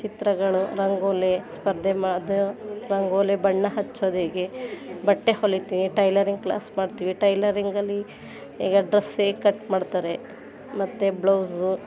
ಚಿತ್ರಗಳು ರಂಗೋಲಿ ಸ್ಪರ್ಧೆ ಅದು ರಂಗೋಲಿ ಬಣ್ಣ ಹಚ್ಚೋದು ಹೇಗೆ ಬಟ್ಟೆ ಹೊಲಿತೀವಿ ಟೈಲರಿಂಗ್ ಕ್ಲಾಸ್ ಮಾಡ್ತೀವಿ ಟೈಲರಿಂಗಲ್ಲಿ ಈಗ ಡ್ರೆಸ್ ಹೇಗೆ ಕಟ್ ಮಾಡ್ತಾರೆ ಮತ್ತು ಬ್ಲೌಸು